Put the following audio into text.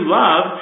love